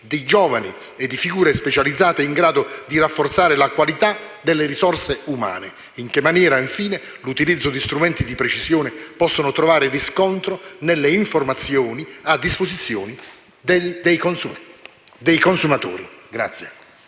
di giovani e di figure specializzate in grado di rafforzare la qualità delle risorse umane? In che maniera, infine, l'utilizzo di strumenti di precisione possono trovare riscontro nelle informazioni a disposizione dei consumatori?